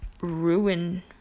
ruin